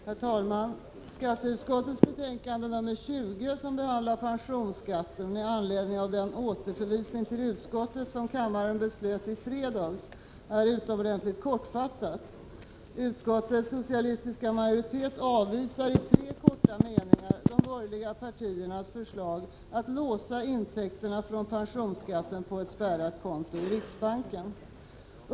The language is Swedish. Herr talman! Skatteutskottets betänkande 20, som behandlar pensionsskatten med anledning av den återförvisning till utskottet som kammaren beslöt i fredags, är utomordentligt kortfattat. Utskottets socialistiska majoritet avvisar i tre korta meningar de borgerliga partiernas förslag att låsa intäkterna från pensionsskatten på ett spärrat konto i riksbanken.